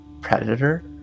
predator